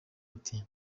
ati